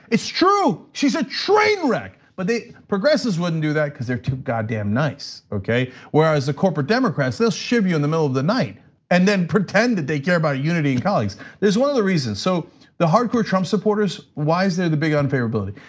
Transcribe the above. it's true! she's a train wreck! but the progressives wouldn't do that because they're too goddamn nice, okay? whereas the corporate democrats, they'll ship you in the middle of the night and then pretend that they care about unity and colleagues is one of the reasons. so the hardcore trump supporters, why is there the big unfavorability?